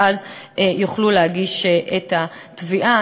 ואז יוכלו להגיש את התביעה.